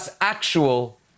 actual